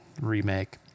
Remake